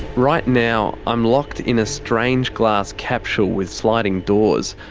right now, i'm locked in a strange glass capsule with sliding doors,